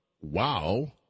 wow